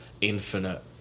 infinite